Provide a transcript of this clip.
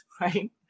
right